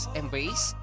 embrace